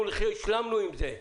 השלמנו עם זה.